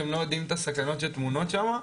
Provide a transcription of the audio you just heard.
הם לא יודעים את הסכנות שטמונות שמה,